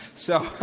so